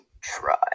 try